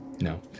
No